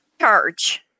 charge